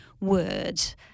words